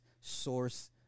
source